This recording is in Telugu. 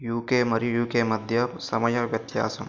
యూకె మరియు యూకె మధ్య సమయ వ్యత్యాసం